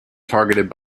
targeted